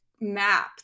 Map